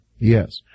Yes